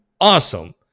awesome